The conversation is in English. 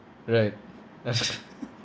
right